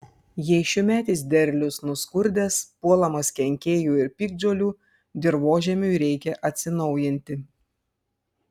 jei šiųmetis derlius nuskurdęs puolamas kenkėjų ir piktžolių dirvožemiui reikia atsinaujinti